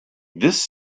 this